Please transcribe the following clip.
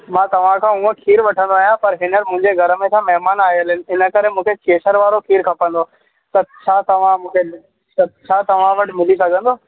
मां तव्हां खां उहो खीरु वठंदो आहियां पर हींअर मुंहिंजे घर में छा महिमान आयल आहिनि इनकरे मूंखे केसर वारो खीरु खपंदो त छा तव्हां मूंखे छा तव्हां वटि मिली सघंदो